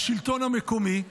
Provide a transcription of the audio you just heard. השלטון המקומי,